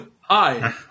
hi